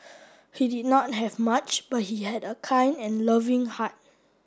he did not have much but he had a kind and loving heart